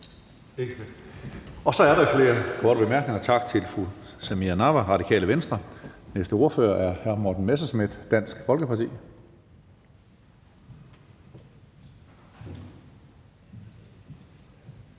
Så er der ikke flere korte bemærkninger. Tak til fru Samira Nawa, Radikale Venstre. Den næste ordfører er hr. Morten Messerschmidt, Dansk Folkeparti.